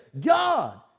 God